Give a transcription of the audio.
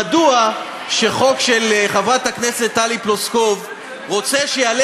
מדוע חוק של חברת הכנסת טלי פלוסקוב שיעלה